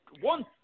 one